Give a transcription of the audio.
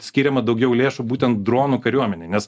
skiriama daugiau lėšų būtent dronų kariuomenei nes